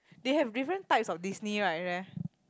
they have different types of Disney right there